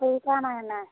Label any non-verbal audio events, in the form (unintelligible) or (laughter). (unintelligible)